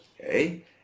Okay